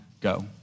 go